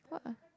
what ah